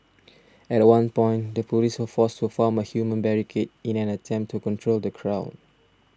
at one point the police were forced to form a human barricade in an attempt to control the crowd